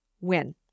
win